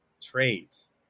trades